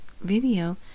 video